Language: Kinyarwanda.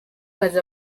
kazi